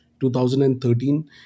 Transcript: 2013